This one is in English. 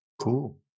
Cool